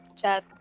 chat